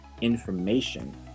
information